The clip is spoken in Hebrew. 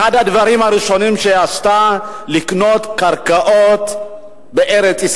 אחד הדברים הראשונים שהיא עשתה היה לקנות קרקעות בארץ-ישראל.